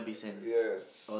yes